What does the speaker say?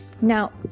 Now